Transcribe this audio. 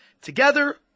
Together